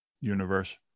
universe